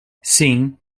sim